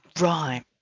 Right